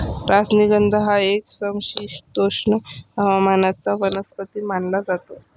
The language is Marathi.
राजनिगंध हा एक समशीतोष्ण हवामानाचा वनस्पती मानला जातो